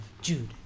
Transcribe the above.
Jude